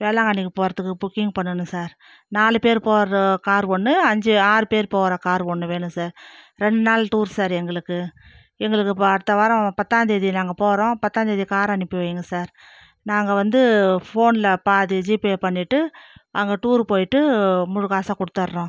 வேளாங்கண்ணிக்கு போகிறதுக்கு புக்கிங் பண்ணணும் சார் நாலு பேரு போகிற காரு ஒன்று அஞ்சு ஆறு பேரு போகிற காரு ஒன்று வேணும் சார் ரெண்டு நாள் டூர் சார் எங்களுக்கு எங்களுக்கு இப்போ அடுத்த வாரம் பத்தாந்தேதி நாங்கள் போகிறோம் பத்தாந்தேதி கார் அனுப்பி வைங்க சார் நாங்கள் வந்து ஃபோனில் பாதி ஜிபே பண்ணிட்டு அங்கே டூர் போயிட்டு முழு காசை கொடுத்தர்றோம்